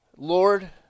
Lord